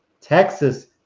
Texas